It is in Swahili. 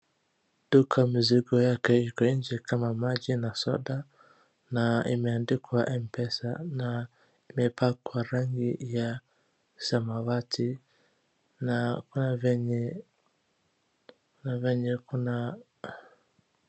Duka mizigo yake iko nje kama maji na soda na imeandikwa Mpesa na imepakwa rangi ya samawati na kuna vyenye kuna.